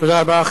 תודה רבה.